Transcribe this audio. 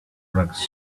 drugs